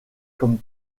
comme